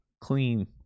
clean